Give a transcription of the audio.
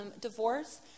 divorce